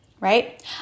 right